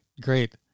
great